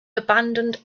abandoned